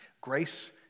Grace